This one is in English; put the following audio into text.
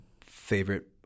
favorite